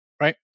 right